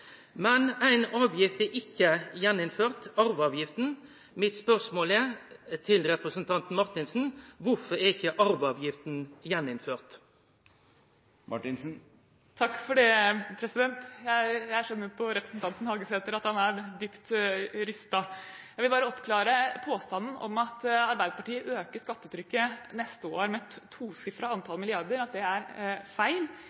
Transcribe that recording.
Men éi avgift er ikkje gjeninnført, arveavgifta. Mitt spørsmål til representanten Marthinsen er: Kvifor er ikkje arveavgifta gjeninnført? Jeg skjønner på representanten Hagesæter at han er dypt rystet. Jeg vil bare oppklare påstanden om at Arbeiderpartiet øker skattetrykket neste år med et tosifret antall milliarder. Det er feil.